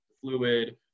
fluid